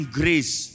grace